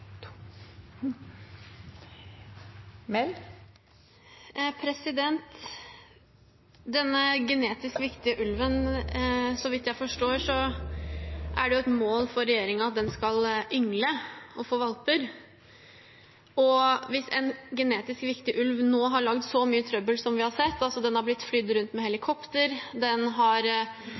så vidt jeg forstår, et mål for regjeringen at den skal yngle og få valper. Hvis en genetisk viktig ulv nå har laget så mye trøbbel som vi har sett – den har blitt flydd rundt med helikopter, den har